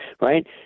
Right